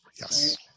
Yes